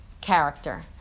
character